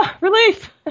Relief